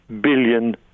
billion